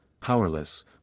powerless